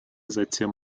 затем